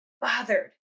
bothered